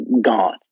gone